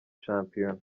shampiyona